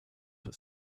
for